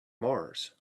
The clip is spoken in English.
mars